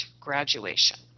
graduation